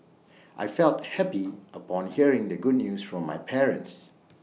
I felt happy upon hearing the good news from my parents